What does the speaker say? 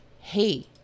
hey